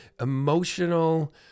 emotional